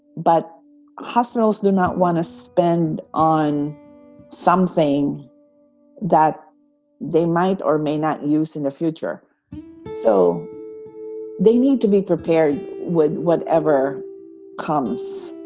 but hospitals do not want to spend on something that they might or may not use in the future so they need to be prepared with whatever comes,